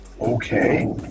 okay